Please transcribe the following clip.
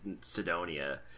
Sidonia